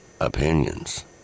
opinions